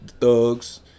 thugs